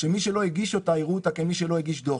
שמי שלא הגיש אותה יראו כמי שלא הגיש דוח.